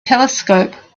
telescope